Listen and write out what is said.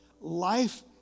Life